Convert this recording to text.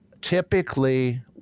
typically